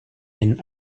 den